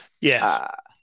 Yes